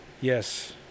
Yes